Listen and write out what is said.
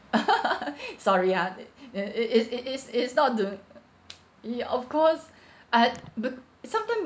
sorry ah it you know it is it is it's not doing ya of course at but some time